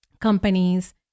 companies